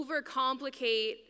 overcomplicate